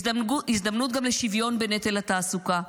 הזדמנות גם לשוויון בנטל התעסוקה.